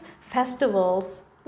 festivals